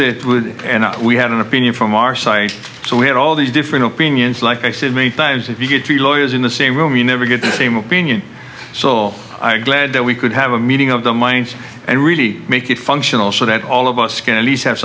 would and we had an opinion from our side so we had all these different opinions like i said many times if you get three lawyers in the same room you never get the same opinion so i glad that we could have a meeting of the minds and really make it functional so that all of us can at least have